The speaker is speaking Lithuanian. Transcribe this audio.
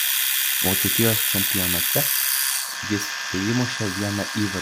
vokietijos čempionate jis teįmušė vieną įvartį